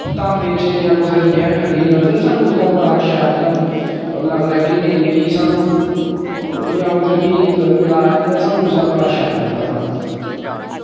धामें च जां कुसै दे ब्याहें शादियें च एह् स्हानू उसलै बड़ा शैल इंया लगदा की नेईं भई सानूं ते स्हानू मलाया ते स्हानू बड़ा शैल इंया लगदा